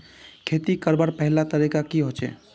खेती करवार पहला तरीका की होचए?